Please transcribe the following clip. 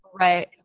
right